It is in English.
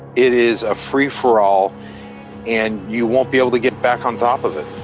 it is a free for all and you won't be able to get back on top of it.